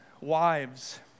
wives